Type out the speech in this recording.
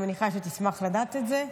אני מניחה שתשמח לדעת את זה,